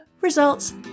results